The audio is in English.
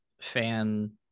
fan